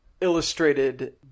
illustrated